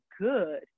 good